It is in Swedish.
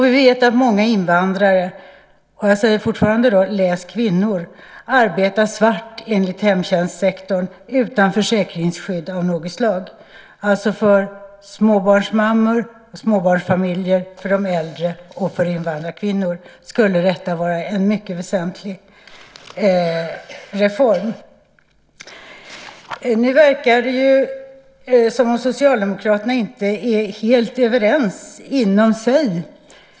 Vi vet att många invandrare - och jag säger fortfarande läs kvinnor - arbetar svart enligt hemtjänstsektorn utan försäkringsskydd av något slag. Det är det tredje. För småbarnsmammor och småbarnsfamiljer, för de äldre och för invandrarkvinnor skulle alltså detta vara en mycket väsentlig reform Nu verkar det som om Socialdemokraterna inte är helt överens inom partiet.